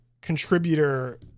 contributor